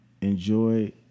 Enjoy